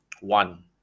one